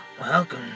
Welcome